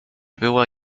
była